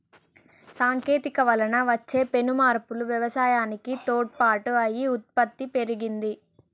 సాంకేతికత వలన వచ్చే పెను మార్పులు వ్యవసాయానికి తోడ్పాటు అయి ఉత్పత్తి పెరిగింది